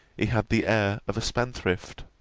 he had the air of a spendthrift.